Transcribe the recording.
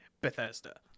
Bethesda